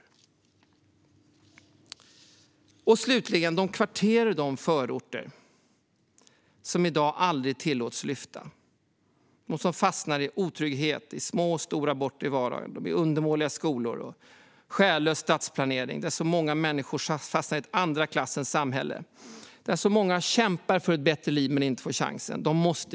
Slutligen måste vi ge hopp tillbaka till de kvarter och förorter som i dag aldrig tillåts lyfta utan fastnar i otrygghet, med små och stora brott i vardagen, undermåliga skolor och själlös stadsplanering, där många människor fastnar i ett andra klassens samhälle och många kämpar för ett bättre liv men aldrig får chansen.